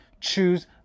choose